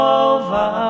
over